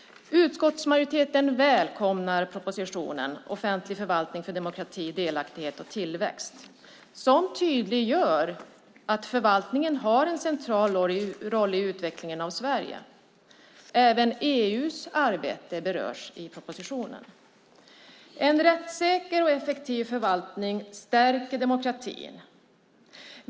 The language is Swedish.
Utskottsmajoriteten välkomnar propositionen Offentlig förvaltning för demokrati, delaktighet och tillväxt , som tydliggör att förvaltningen har en central roll i utvecklingen av Sverige. Även EU:s arbete berörs i propositionen. En rättssäker och effektiv förvaltning stärker demokratin.